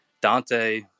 Dante